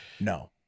No